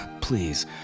Please